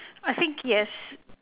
I think yes